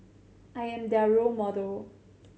I am their role model